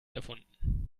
erfunden